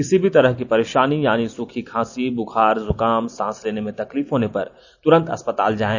किसी भी तरह की परेशानी यानी सूखी खांसी बुखार जुकाम सांस लेने में तकलीफ होने पर तुरंत अस्पताल जाएं